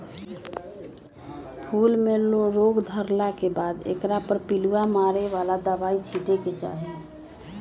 फूल में रोग धरला के बाद एकरा पर पिलुआ मारे बला दवाइ छिटे के चाही